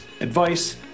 advice